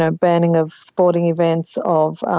ah banning of sporting events, of